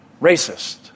racist